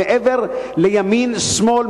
מעבר לימין ושמאל,